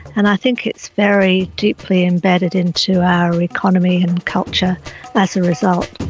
and think it's very deeply embedded into our economy and culture as a result.